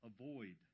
avoid